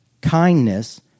kindness